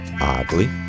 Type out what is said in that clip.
oddly